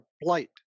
blight